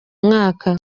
mwaka